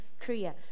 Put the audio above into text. Korea